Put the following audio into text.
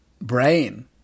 brain